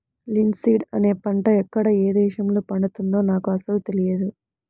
linseed అనే పంట ఎక్కడ ఏ దేశంలో పండుతుందో నాకు అసలు తెలియదు